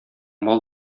мал